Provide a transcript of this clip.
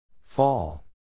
Fall